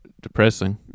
depressing